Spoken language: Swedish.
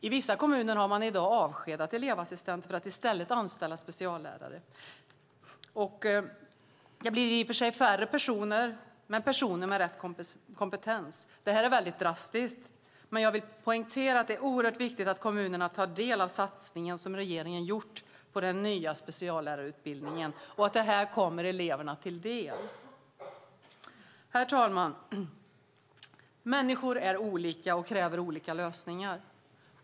I vissa kommuner har man i dag avskedat elevassistenter för att i stället anställa speciallärare. Det blir i och för sig färre personer, men personer med rätt kompetens. Detta är drastiskt, men jag vill poängtera att det är oerhört viktigt att kommunerna tar del av den satsning som regeringen har gjort på den nya speciallärarutbildningen och att detta kommer eleverna till del. Herr talman! Människor är olika och kräver olika lösningar.